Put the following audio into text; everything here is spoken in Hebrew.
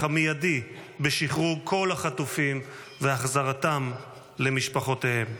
המיידי בשחרור כל החטופים והחזרתם למשפחותיהם.